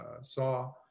saw